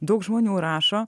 daug žmonių rašo